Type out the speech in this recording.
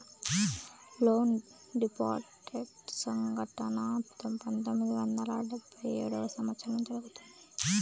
loan default సంఘటన పంతొమ్మిది వందల డెబ్భై ఏడవ సంవచ్చరంలో జరిగింది